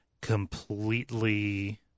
completely